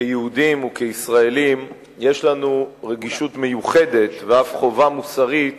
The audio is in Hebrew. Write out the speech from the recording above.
כיהודים וכישראלים יש לנו רגישות מיוחדת ואף חובה מוסרית